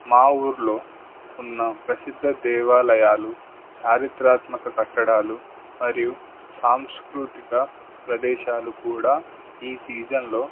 మా ఊర్లో ఉన్న ప్రసిద్ధ దేవాలయాలు చారిత్రాత్మక కట్టడాలు మరియు సాంస్కృతిక ప్రదేశాలు కూడా ఈ సీజన్లో